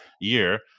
year